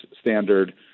standard